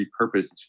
repurposed